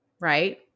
Right